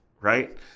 right